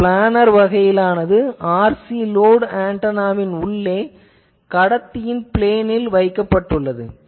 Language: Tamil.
இது ப்ளானார் வகையானது இதில் RC லோட் ஆன்டெனாவின் உள்ளே கடத்தியின் பிளேனில் வைக்கப்பட்டுள்ளது